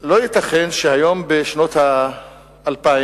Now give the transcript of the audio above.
לא ייתכן שהיום, בשנות האלפיים,